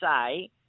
say